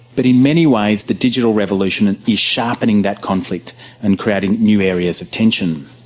but in many ways the digital revolution and is sharpening that conflict and creating new areas of tension.